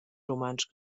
rumantsch